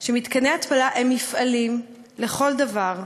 שמתקני התפלה הם מפעלים לכל דבר,